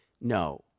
No